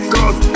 Cause